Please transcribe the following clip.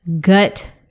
gut